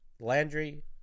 Landry